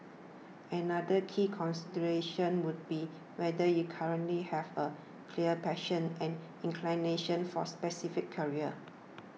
another key consideration would be whether you currently have a clear passion and inclination for specific careers